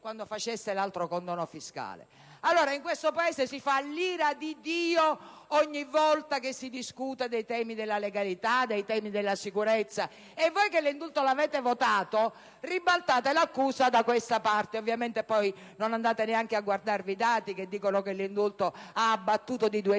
quando faceste l'altro condono fiscale. In questo Paese si fa l'ira di Dio ogni volta che si discute dei temi della legalità e della sicurezza e voi, che l'indulto lo avete votato, ribaltate l'accusa da questa parte. Ovviamente, poi non andate neanche a guardarvi i dati, dai quali si evince che l'indulto ha abbattuto di due